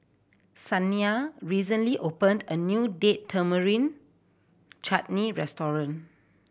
Shaniya recently opened a new Date Tamarind Chutney restaurant